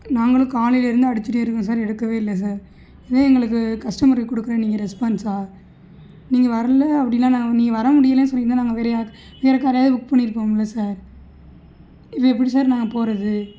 நாங்களும் காலைலேருந்து அடிச்சுட்டே இருக்கோம் சார் எடுக்கவே இல்லை சார் இதுதான் எங்களுக்கு கஸ்டமருக்கு கொடுக்குற நீங்கள் ரெஸ்பான்ஸா நீங்கள் வரல அப்படின்னா நீ வர முடியலைன்னு சொல்லியிருந்தா நாங்கள் வேறு யார் வேறு காரையாவது புக் பண்ணியிருப்போம்ல சார் இப்போ எப்படி சார் நாங்கள் போவது